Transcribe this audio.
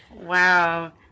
Wow